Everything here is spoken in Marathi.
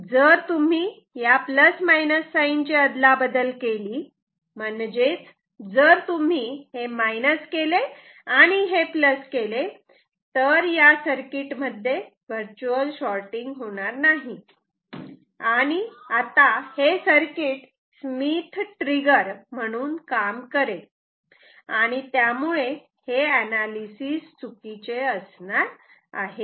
जर तुम्ही या प्लस मायनस साइन sign ची अदला बदल केली म्हणजे जर तुम्ही हे मायनस केले आणि हे प्लस केले तर या सर्किटमध्ये वर्च्युअल शॉटिंग होणार नाही आणि आता हे सर्किट स्मिथ ट्रिगर म्हणून काम करेल आणि त्यामुळे हे अनालिसिस चुकीचे असणार आहे